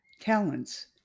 talents